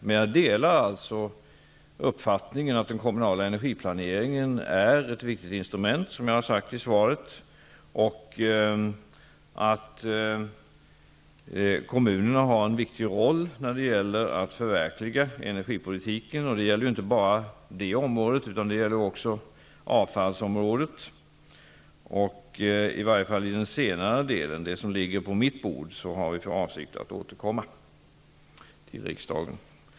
Men jag delar uppfattningen att den kommunala energiplaneringen är ett viktigt instrument, som jag sade i svaret, och att kommunerna har en viktig roll att spela för att förverkliga energipolitiken. Det gäller inte bara det här området, utan det gäller också avfallsområdet. I varje fall i den senare delen, det som ligger på mitt bord, har vi för avsikt att återkomma till riksdagen.